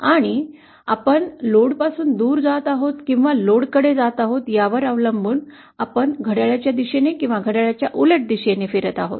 आणि आपण लोडपासून दूर जात आहोत किंवा लोडकडे जात आहोत यावर अवलंबून आपण घड्याळाच्या दिशेने किंवा घड्याळाच्या उलट दिशेने फिरत आहोत